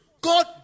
God